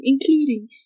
including